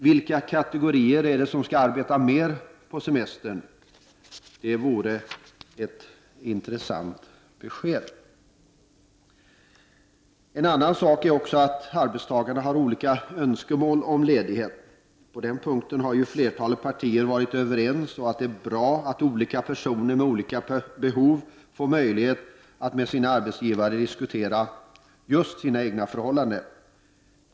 Vilka kategorier är det som skall arbeta mer på semestern? Det vore ett intressant besked. En annan sak är att arbetstagarna har olika önskemål om ledighet. På den punkten har flertalet partier varit överens om att det är bra att olika personer med olika behov får möjlighet att med sina arbetsgivare diskutera just sina egna förhållanden.